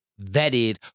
vetted